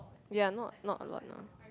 ya not not a lot lah